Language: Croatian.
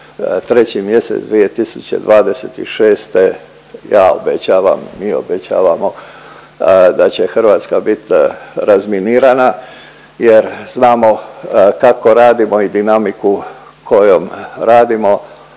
3. mjesec 2026. ja obećavam, mi obećavamo da će Hrvatska biti razminirana jer znamo kako radimo i dinamiku kojom radimo,